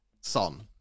Son